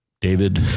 David